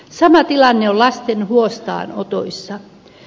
sama tilanne on lasten huostaanotoissa